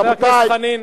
רבותי,